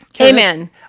Amen